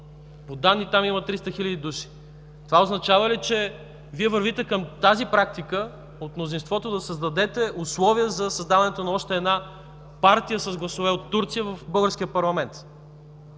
по данни там има 300 хил. души. Това означава ли, че Вие от мнозинството вървите към тази практика – да създадете условия за създаването на още една партия с гласове от Турция в Българския парламент?